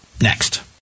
next